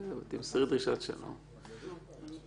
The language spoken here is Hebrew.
אנחנו מריצים את זה קדימה.